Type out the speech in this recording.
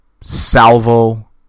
salvo